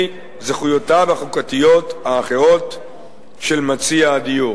זכויותיו החוקתיות האחרות של מציע הדיור.